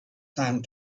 time